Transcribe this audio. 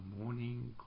Morning